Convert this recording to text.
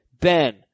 Ben